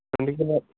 ఎందుకు రాదు